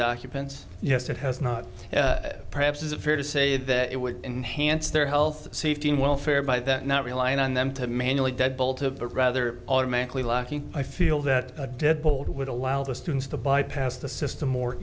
occupants yes it has not perhaps is a fair to say that it would enhance their health safety and welfare by that not relying on them to manually deadbolt of the rather automatically lacking i feel that a dead bold would allow the students to bypass the system more